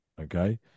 Okay